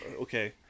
okay